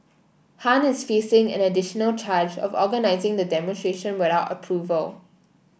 Han is facing an additional charge of organising the demonstration without approval